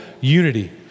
unity